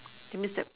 that means the